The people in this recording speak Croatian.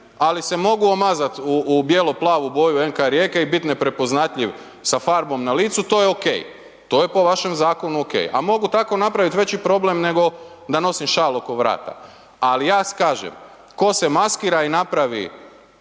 ali se mogu omazat u bijelo-plavu boju NK Rijeke i bit neprepoznatljiv sa farbom na licu, to je ok. To je po vašem zakonu ok a mogu tako napraviti veći problem nego da nosim šal oko vrata. Ali ja kažem, ko se maskira i napravi